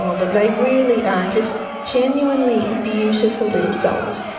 um look, they really are just genuinely beautiful little souls.